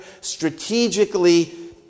strategically